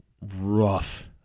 rough